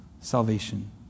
salvation